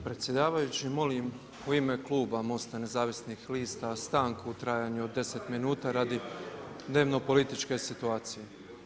Predsjedavajući molim u ime kluba MOST-a nezavisnih lista stanku u trajanju od 10 minuta radi dnevno-političke situacije.